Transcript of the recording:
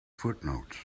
footnotes